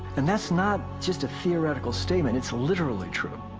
and that's not just a theoretical statement, it's literally true!